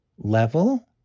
level